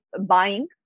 buying